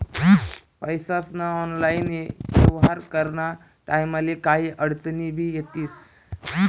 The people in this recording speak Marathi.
पैसास्ना ऑनलाईन येव्हार कराना टाईमले काही आडचनी भी येतीस